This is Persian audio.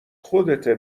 خودته